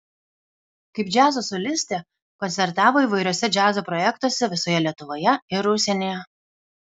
kaip džiazo solistė koncertavo įvairiuose džiazo projektuose visoje lietuvoje ir užsienyje